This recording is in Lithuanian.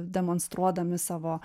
demonstruodami savo